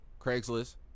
Craigslist